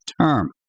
term